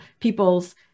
people's